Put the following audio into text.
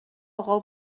اقا